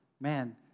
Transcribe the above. Man